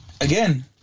again